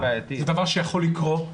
זה דבר שיכול לקרות.